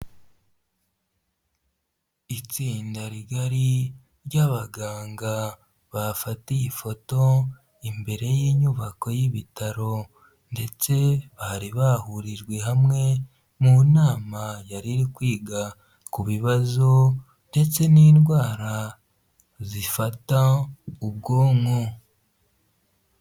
Itsinda rigari ry'abaganga bafatiye ifoto imbere y'inyubako y'ibitaro ndetse bari bahurijwe hamwe mu nama yariri kwiga ku bibazo ndetse n'indwara zifata ubwonko.